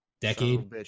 decade